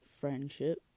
friendship